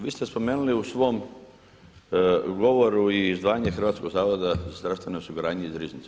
Vi ste spomenuli u svom govoru i izdvajanje Hrvatskog zavoda za zdravstveno osiguranje iz Riznice.